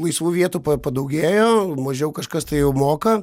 laisvų vietų padaugėjo mažiau kažkas tai jau moka